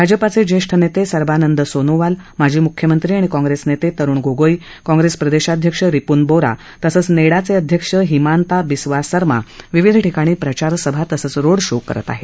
भाजपाचे ज्येष्ठ नेते सर्वानंद सोनोवाल माजी मुख्यमंत्री आणि काँग्रेसनेते तरुण गोगोई काँग्रेस प्रदेशाध्यक्ष रिपून बोरा तसंच नेडाचे अध्यक्ष हिंमाता बिस्वा सरमा विविध ठिकाणी प्रचारसभा तसंच रोड शो करत आहे